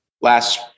last